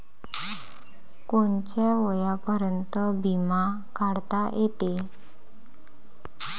कोनच्या वयापर्यंत बिमा काढता येते?